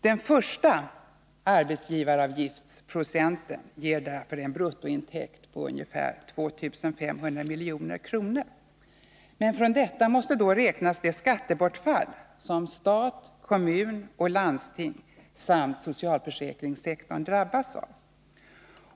Den första arbetsgivaravgiftsprocenten ger därför en bruttointäkt om ca 2 500 milj.kr. Från detta måste dock räknas av det skattebortfall som stat, kommun och landsting samt socialförsäkringssektorn drabbas av.